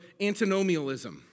antinomialism